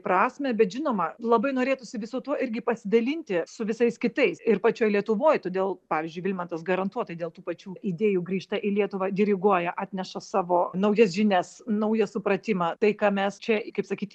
prasmę bet žinoma labai norėtųsi visu tuo irgi pasidalinti su visais kitais ir pačioj lietuvoj todėl pavyzdžiui vilmantas garantuotai dėl tų pačių idėjų grįžta į lietuvą diriguoja atneša savo naujas žinias naują supratimą tai ką mes čia kaip sakyt